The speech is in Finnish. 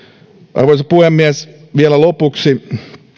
arvoisa puhemies vielä lopuksi